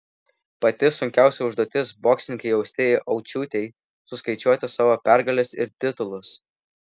pati sunkiausia užduotis boksininkei austėjai aučiūtei suskaičiuoti savo pergales ir titulus